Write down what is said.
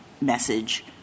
message